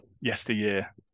yesteryear